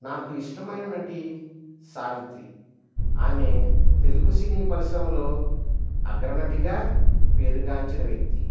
నాకు ఇష్టమైన నటి సావిత్రి ఆమె తెలుగు సినీ పరిశ్రమలో అగ్రనటిగా పేరుగాంచిన వ్యక్తి